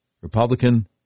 Republican